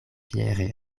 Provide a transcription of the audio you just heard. fiere